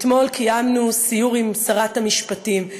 אתמול קיימנו סיור עם שרת המשפטים.